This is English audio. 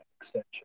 extension